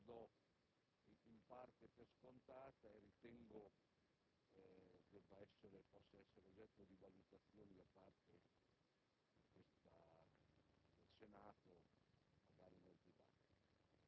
sia maturata questa emergenza; la do, in parte, per scontata e ritengo che possa, e debba, essere oggetto di valutazioni da parte del Senato,